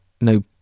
no